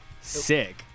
sick